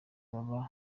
baba